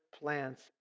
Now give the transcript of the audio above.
plants